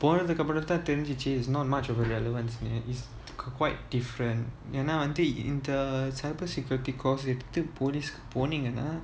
போனதுக்கு அப்புறம் தான் தெரிஞ்சுது:ponathuku appuram thaan therinjithu is not much of a relevance uh is quite different ஏனா வந்து:yenaa vanthu in the cyber security course எடுத்து:eduthu police போனீங்கன்னா:poningannaa